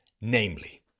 namely